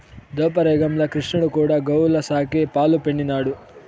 దోపర యుగంల క్రిష్ణుడు కూడా గోవుల సాకి, పాలు పిండినాడు